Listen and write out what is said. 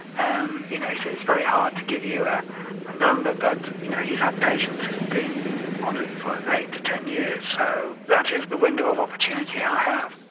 and you know he says it's very hard to give you a number but you know he's had patients that have been on it for eight to ten years, so that is the window of opportunity i have.